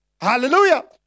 Hallelujah